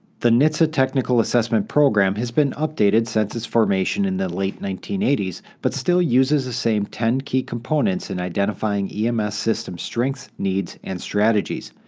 the nhtsa technical assessment program has been updated since its formation in the late nineteen eighty s, but still uses the same ten key components in identifying ems system strengths, needs, and strategies.